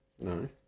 No